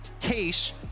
case